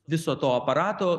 viso to aparato